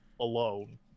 alone